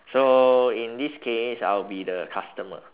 so in this case I'll be the customer